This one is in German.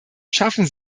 schaffen